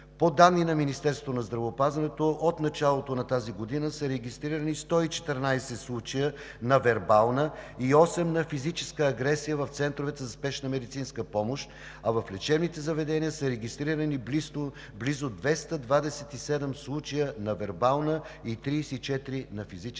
По данни на Министерството на здравеопазването от началото на тази година са регистрирани 114 случая на вербална и 8 – на физическа агресия, в центровете за спешна медицинска помощ, а в лечебните заведения са регистрирани близо 227 случая на вербална и 34 – на физическа агресия.